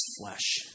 flesh